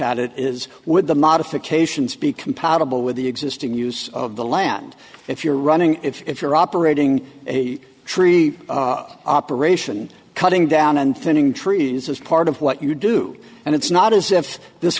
at it is with the modifications to be compatible with the existing use of the land if you're running if you're operating a tree operation cutting down and thinning trees is part of what you do and it's not as if this